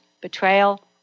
betrayal